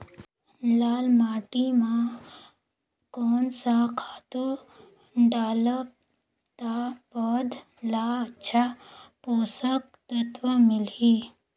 लाल माटी मां कोन सा खातु डालब ता पौध ला अच्छा पोषक तत्व मिलही?